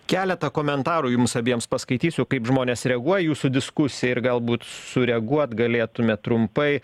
keletą komentarų jums abiems paskaitysiu kaip žmonės reaguoja į jūsų diskusiją ir galbūt sureaguot galėtumėt trumpai